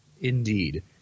Indeed